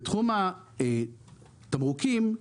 בתחום התמרוקים,